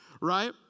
right